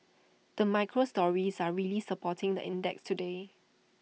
the micro stories are really supporting the index today